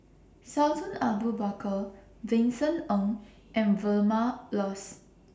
Sultan Abu Bakar Vincent Ng and Vilma Laus